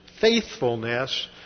faithfulness